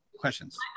questions